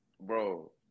Bro